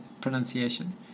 pronunciation